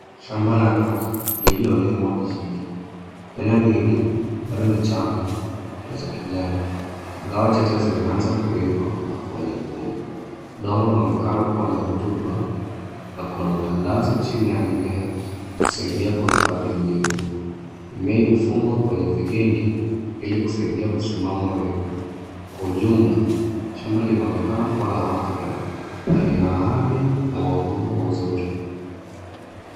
Shamba la nyanya lililolimwa vizuri , nyanya nyingi bado ni changa na za kijani ingawa chache zimeiva na kuwa nyekundu. Udongo unaonekana kuwa na rotuba na kuna matandazo chini ya mimea kusaidia kuhifadhi unyevu. Mimea imefungwa kwenye vigingi ili kusaidia kusimama wima. Kwa u jumla shamba linaonekana kuwa afya na mavuno mazuri.